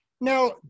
Now